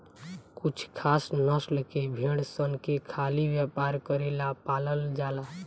कुछ खास नस्ल के भेड़ सन के खाली व्यापार करेला पालल जाला